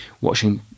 Watching